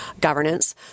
governance